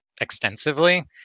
extensively